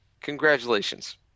Congratulations